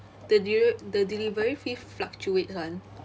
the deliv~ the delivery fee fluctuates [one]